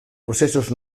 processos